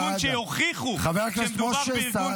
חבר הכנסת משה סעדה.